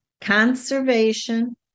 conservation